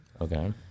Okay